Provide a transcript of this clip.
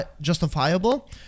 justifiable